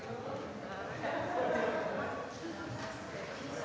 Tak.